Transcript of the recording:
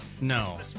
No